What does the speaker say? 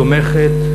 תומכת,